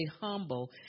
humble